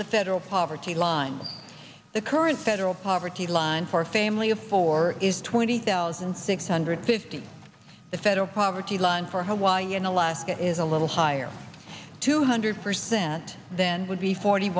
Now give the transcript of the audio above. the federal poverty line the current federal poverty line for a family of four is twenty thousand six hundred fifty the federal poverty line for hawaii and alaska is a little higher two hundred percent then would be forty